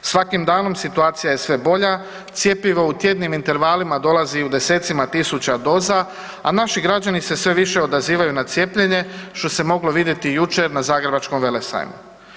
Svakim danom situacija je bolja, cjepivo u tjednim intervalima dolazi u desecima tisuća doza a naši građani se sve više odazivaju na cijepljenje, što se moglo vidjeti jučer na Zagrebačkom Velesajmu.